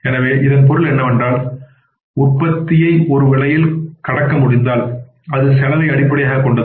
எனவே இதன் பொருள் என்னவென்றால் அவர்களின் உற்பத்தியை ஒரு விலையில் கடக்க முடிந்தால் அது செலவை அடிப்படையாகக் கொண்டது